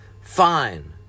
Fine